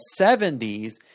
70s